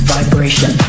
Vibration